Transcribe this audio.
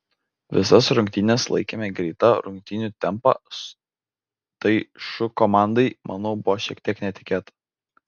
visas rungtynes laikėme greitą rungtynių tempą tai šu komandai manau buvo šiek tiek netikėta